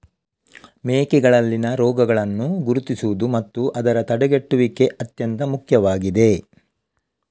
ಮೇಕೆಗಳಲ್ಲಿನ ರೋಗಗಳನ್ನು ಗುರುತಿಸುವುದು ಮತ್ತು ಅದರ ತಡೆಗಟ್ಟುವಿಕೆ ಅತ್ಯಂತ ಮುಖ್ಯವಾಗಿದೆ